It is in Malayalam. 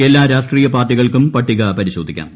എല്ലാ രാഷ്ട്രീയ പാർട്ടികൾക്കും പട്ടിക പരിശോധിക്കാം